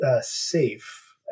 Safe